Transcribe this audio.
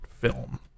film